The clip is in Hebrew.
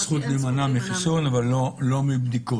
יש זכות להימנע מחיסון, לא מבדיקות.